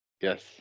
Yes